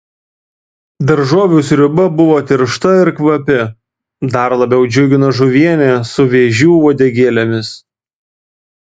daržovių sriuba buvo tiršta ir kvapi dar labiau džiugino žuvienė su vėžių uodegėlėmis